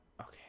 okay